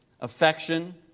affection